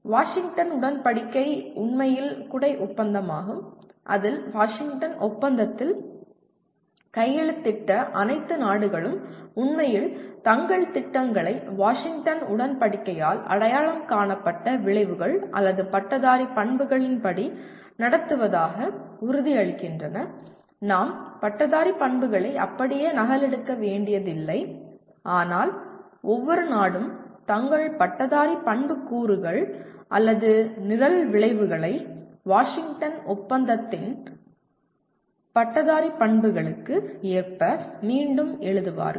Washington உடன்படிக்கை உண்மையில் குடை ஒப்பந்தமாகும் அதில் வாஷிங்டன் ஒப்பந்தத்தில் கையெழுத்திட்ட அனைத்து நாடுகளும் உண்மையில் தங்கள் திட்டங்களை வாஷிங்டன் உடன்படிக்கையால் அடையாளம் காணப்பட்ட விளைவுகள் அல்லது பட்டதாரி பண்புகளின் படி நடத்துவதாக உறுதியளிக்கின்றன நாம் பட்டதாரி பண்புகளை அப்படியே நகலெடுக்க வேண்டியதில்லை ஆனால் ஒவ்வொரு நாடும் தங்கள் பட்டதாரி பண்புக்கூறுகள் அல்லது நிரல் விளைவுகளை வாஷிங்டன் ஒப்பந்தத்தின் பட்டதாரி பண்புகளுக்கு ஏற்ப மீண்டும் எழுதுவார்கள்